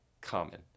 common